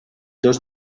dos